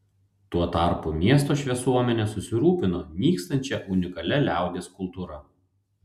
tuo tarpu miesto šviesuomenė susirūpino nykstančia unikalia liaudies kultūra